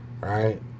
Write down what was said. right